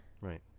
right